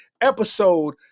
episode